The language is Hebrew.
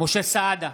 משה סעדה, בעד